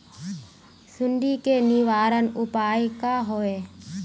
सुंडी के निवारण उपाय का होए?